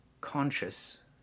conscious